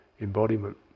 embodiment